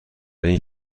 این